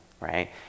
right